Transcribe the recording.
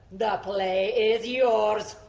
the play is yours!